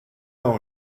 also